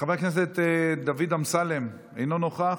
חבר הכנסת דוד אמסלם, אינו נוכח.